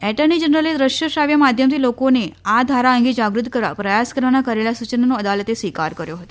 attorney જનરલે દૃશ્ય શ્રાવ્ય માધ્યમથી લોકોને આ ધારા અંગે જાગૃત કરવા પ્રયાસ કરવાના કરેલા સૂચનનો અદાલતે સ્વિકાર કર્યો હતો